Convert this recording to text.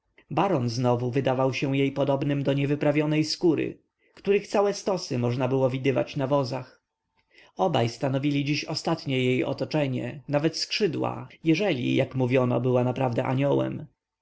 baron znowu wydawał się jej podobnym do niewyprawnej skóry których całe stosy można widywać na wozach obaj stanowili dziś ostatnie jej otoczenie nawet skrzydła jeżeli jak mówiono była naprawdę aniołem